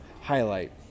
highlight